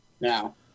Now